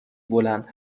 بلند